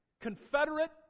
confederate